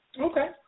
Okay